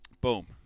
Boom